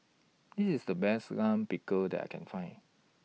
This IS The Best Lime Pickle that I Can Find